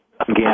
again